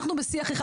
אנחנו בשיח אחד,